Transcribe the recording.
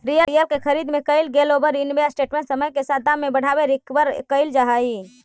real के खरीद में कईल गेलई ओवर इन्वेस्टमेंट समय के साथ दाम के बढ़ावे से रिकवर कईल जा सकऽ हई